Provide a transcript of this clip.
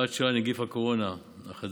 (הוראת שעה, נגיף הקורונה החדש)